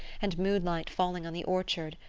and moonlight falling on the orchard,